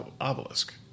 obelisk